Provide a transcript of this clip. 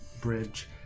bridge